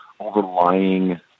overlying